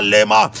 Lema